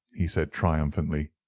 he said, triumphantly.